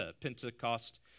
Pentecost